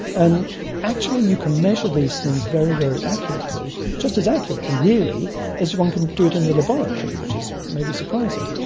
and actually you can measure these things very, very accurately, just as accurately really as one can do it in the laboratory, which is maybe surprising.